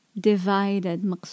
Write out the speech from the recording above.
Divided